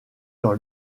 dans